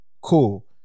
Cool